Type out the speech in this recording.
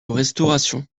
restauration